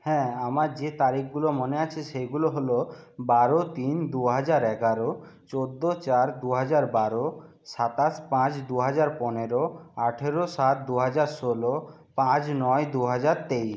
হ্যাঁ আমার যে তারিখগুলো মনে আছে সেইগুলো হলো বারো তিন দু হাজার এগারো চোদ্দো চার দু হাজার বারো সাতাশ পাঁচ দু হাজার পনেরো আঠেরো সাত দু হাজার ষোলো পাঁচ নয় দু হাজার তেইশ